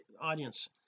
audience